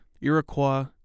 Iroquois